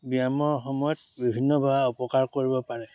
ব্যায়ামৰ সময়ত বিভিন্নভাৱে অপকাৰ কৰিব পাৰে